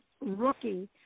rookie